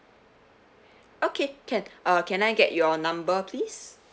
okay can uh can I get your number please